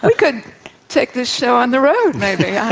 we could take this show on the road, maybe. yeah